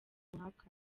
runaka